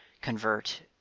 convert